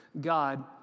God